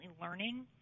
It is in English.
learning